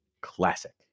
Classic